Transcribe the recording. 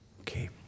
Okay